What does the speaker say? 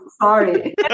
sorry